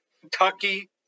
Kentucky